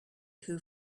who